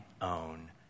own